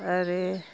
आरो